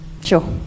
sure